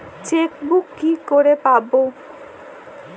Chequebook কি করে পাবো?